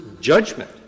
judgment